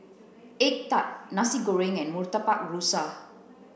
egg tart nasi goreng and murtabak rusa